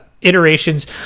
iterations